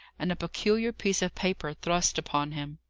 and a peculiar piece of paper thrust upon him.